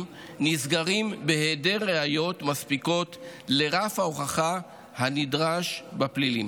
נסגרים בהיעדר ראיות מספיקות לרף ההוכחה הנדרש בפלילים.